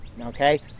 okay